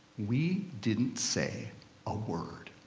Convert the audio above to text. we didn't say a word.